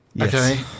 Okay